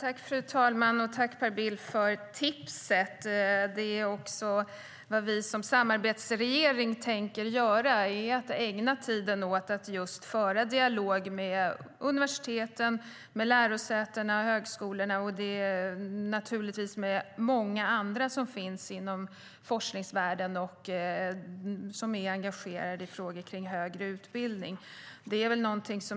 Fru talman! Tack för tipset, Per Bill! Det är också det som vi i samarbetsregeringen tänker göra. Vi ska ägna tiden åt att föra dialog med universiteten, med olika lärosäten, högskolor och många andra som finns inom forskningsvärlden och som är engagerade i frågor om högre utbildning.